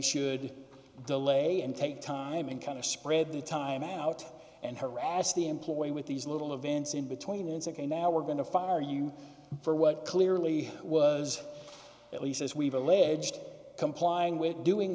should delay and take time and kind of spread the time out and harass the employee with these little advance in between and nd now we're going to fire you for what clearly was at least as we've alleged complying with doing